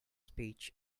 speech